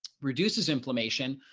reduces inflammation,